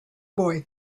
boy